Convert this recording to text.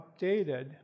updated